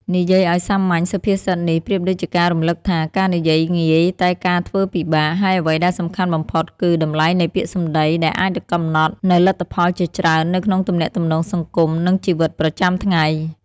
និយាយឱ្យសាមញ្ញ សុភាសិតនេះប្រៀបដូចជាការរំលឹកថា "ការនិយាយងាយ តែការធ្វើពិបាក" ហើយអ្វីដែលសំខាន់បំផុតគឺ តម្លៃនៃពាក្យសម្ដី ដែលអាចកំណត់នូវលទ្ធផលជាច្រើននៅក្នុងទំនាក់ទំនងសង្គម និងជីវិតប្រចាំថ្ងៃ។